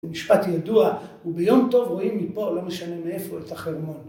משפט ידוע, וביום טוב רואים מפה, לא משנה מאיפה, את החרמון.